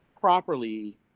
properly